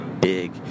big